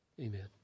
amen